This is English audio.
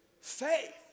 Faith